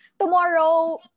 tomorrow